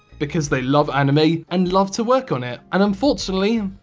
because they love anime, and love to work on it. and unfortunately,